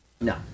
no